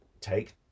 take